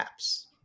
apps